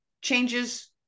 changes